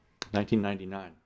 1999